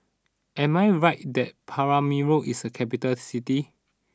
am I right that Paramaribo is a capital city